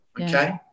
okay